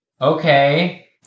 Okay